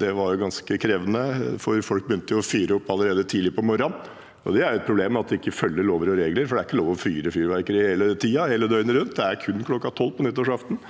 det var ganske krevende, for folk begynte å fyre opp allerede tidlig på morgenen. Det er et problem at man ikke følger lover og regler. Det er ikke lov til å fyre opp fyrverkeri hele tiden, hele døgnet rundt, det er kun kl. 24 nyttårsaften.